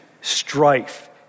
strife